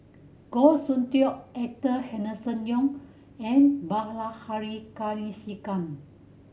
Goh Soon Tioe Arthur Henderson Young and Bilahari Kausikan